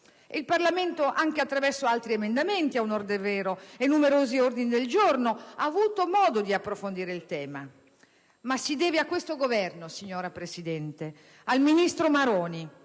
il Parlamento, anche attraverso altri emendamenti e numerosi ordini del giorno, ha avuto modo di approfondire il tema, ma si deve a questo Governo, signora Presidente, al ministro Maroni